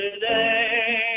today